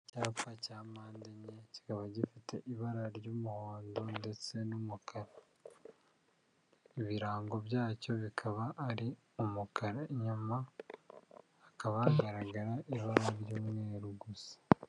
Icyapa cya mande enye, kikaba gifite ibara ry'umuhondo ndetse n'umukara, ibirango byacyo bikaba ari umukara, inyuma hakaba hagaragara ibara ry'umweruru gusa.